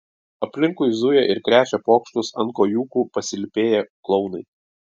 aplinkui zuja ir krečia pokštus ant kojūkų pasilypėję klounai